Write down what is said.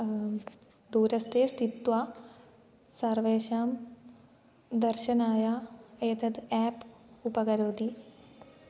दूरेस्थित्वा सर्वेषां दर्शनाय एतत् एप् उपकरोति